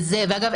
ואגב,